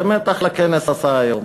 באמת, אחלה כנס עשה היום.